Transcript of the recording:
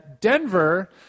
Denver